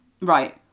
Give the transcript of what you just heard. Right